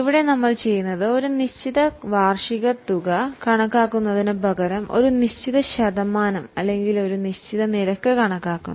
ഇവിടെ നമ്മൾ ചെയ്യുന്നത് ഒരു നിശ്ചിത വാർഷിക തുക കണക്കാക്കുന്നതിനുപകരം ഒരു നിശ്ചിത ശതമാനം അല്ലെങ്കിൽ ഒരു നിശ്ചിത നിരക്ക് കണക്കാക്കുന്നു